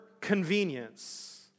convenience